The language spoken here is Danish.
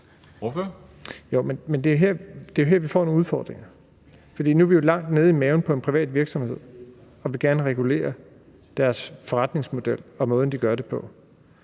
det er her, vi får nogle udfordringer, for nu er vi jo langt nede i maven på en privat virksomhed og vil gerne regulere deres forretningsmodel og måden, de gør det på.